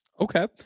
okay